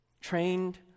Trained